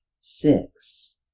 six